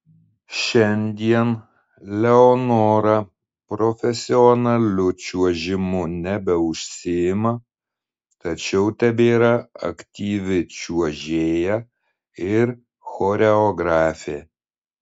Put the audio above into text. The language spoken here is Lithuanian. šiandien leonora profesionaliu čiuožimu nebeužsiima tačiau tebėra aktyvi čiuožėja ir choreografė